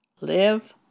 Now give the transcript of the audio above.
Live